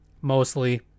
mostly